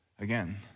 again